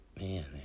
Man